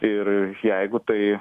ir jeigu tai